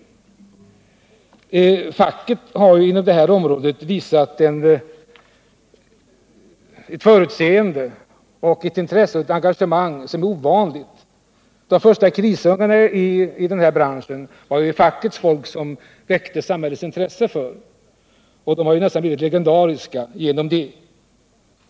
3 Facket har inom det här området visat ett förutseende, ett intresse och ett engagemang som är ovanligt. De första krisungarna i branschen var det fackets folk som väckte samhällets intresse för, och de har nästan blivit legendariska genom det.